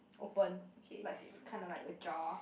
open likes kinda like a jar